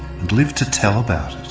lived to tell about